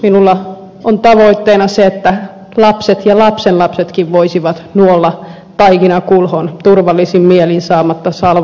minulla on tavoitteena se että lapset ja lapsenlapsetkin voisivat nuolla taikinakulhon turvallisin mielin saamatta salmonellaa